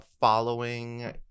following